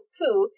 two